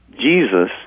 Jesus